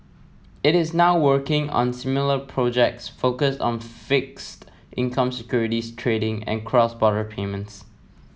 it is now working on similar projects focused on fixed income securities trading and cross border payments